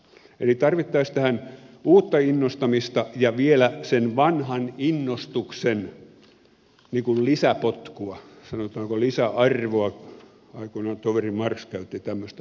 eli tähän tarvittaisiin uutta innostamista ja vielä sen vanhan innostuksen lisäpotkua sanotaanko lisäarvoa aikoinaan toveri marx käytti tämmöistä sanaa